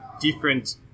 different